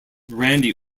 randy